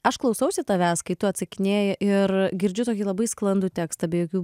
aš klausausi tavęs kai tu atsakinėji ir girdžiu tokį labai sklandų tekstą be jokių